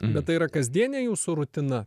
bet tai yra kasdienė jūsų rutina